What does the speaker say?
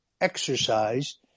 exercise